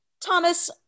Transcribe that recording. Thomas